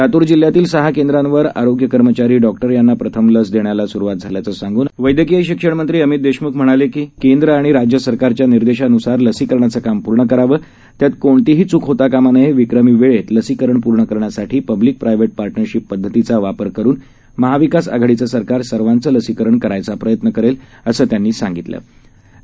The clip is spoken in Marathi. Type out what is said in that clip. लातूर जिल्ह्यातील सहा केंद्रावर आरोग्य कर्मचारी डॉक्टर यांना प्रथम लस देण्याला सुरुवात झाल्याचे सांगून अमित देशम्ख म्हणाले की केंद्र आणि राज्य सरकारच्या निर्देशान्सार लसीकरणाच काम पूर्ण करावे त्यात कोणतीही चुक होता कामा नये विक्रमी वेळेत लसीकरण पूर्ण करण्यासाठी पब्लीक प्रायव्हेट पार्टनरशिप पदधतीचा वापर करुन महाविकास आघाडीच सरकार सर्वांच लसीकरण करण्याचा प्रयत्न करेल अशी माहिती यावेळी मंत्री अमित देशमुख यांनी दिली